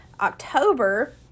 october